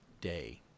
day